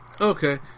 Okay